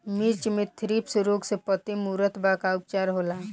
मिर्च मे थ्रिप्स रोग से पत्ती मूरत बा का उपचार होला?